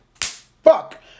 Fuck